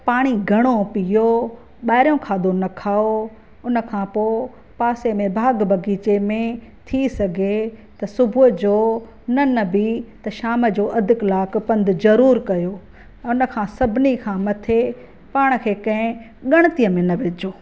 पाणी घणो पियो ॿाहिरों खाधो न खाओ हुन खां पोइ पासे में भाॻु बाग़ीचे में थी सॻे त सुबुह जो न न बि त शाम जो अधु कलाकु पंधु ज़रूरु कयो हुन खां सभिनी खां मथे पाण खे कंहिं ॻणितीअ में न विझो